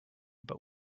but